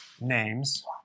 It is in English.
names